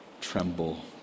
tremble